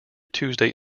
tuesday